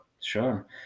sure